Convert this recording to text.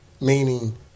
Meaning